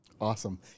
Awesome